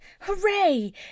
Hooray